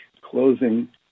closing